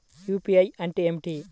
UPI అంటే ఏమిటి?